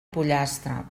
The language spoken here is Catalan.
pollastre